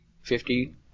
Fifty